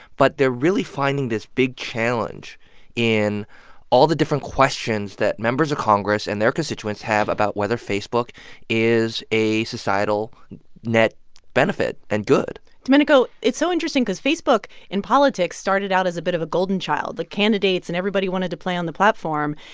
but they're really finding this big challenge in all the different questions that members of congress and their constituents have about whether facebook is a societal net benefit and good domenico, it's so interesting because facebook in politics started out as a bit of a golden child. the candidates and everybody wanted to play on the platform.